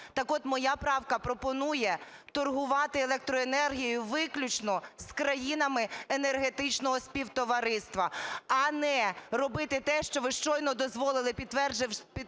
Так от, моя правка пропонує торгувати електроенергією виключно з країнами Енергетичного Співтовариства, а не робити те, що ви щойно дозволили, підтвердивши